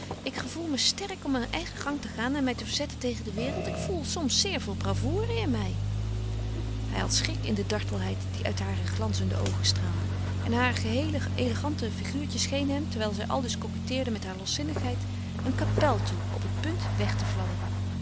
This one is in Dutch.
ik gevoel me sterk om mijn eigen gang te gaan en mij te verzetten tegen de wereld ik voel soms zeer veel bravoure in mij hij had schik in de dartelheid die uit hare glanzende oogen straalde en hare geheele elegante figuurtje scheen hem terwijl zij aldus coquetteerde met haar loszinnigheid een kapel toe op het punt weg te